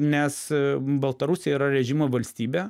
nes baltarusija yra režimo valstybė